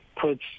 puts